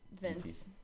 Vince